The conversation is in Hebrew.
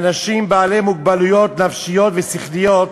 אנשים בעלי מוגבלויות נפשיות ושכליות.